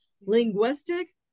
linguistic